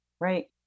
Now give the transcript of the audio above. Right